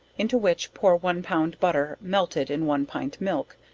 into which pour one pound butter, melted in one pint milk,